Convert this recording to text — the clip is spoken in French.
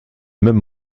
même